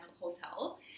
Hotel